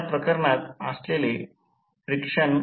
म्हणजे short circuit current ISC VSC Ze 1